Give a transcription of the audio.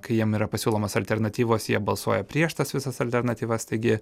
kai jiem yra pasiūlomos alternatyvos jie balsuoja prieš tas visas alternatyvas taigi